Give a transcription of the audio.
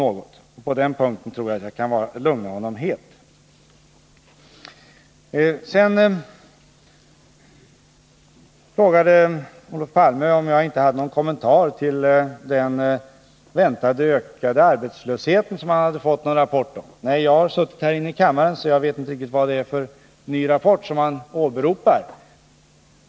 Men på den punkten tror jag att jag kan lugna honom helt. Sedan frågade Olof Palme om jag inte hade någon kommentar till den väntade ökade arbetslöshet, som han hade fått någon rapport om. Nej, jag har suttit här i kammaren och vet inte vad det är för ny rapport han åberopar.